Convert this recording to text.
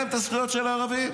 הזכויות של הערבים.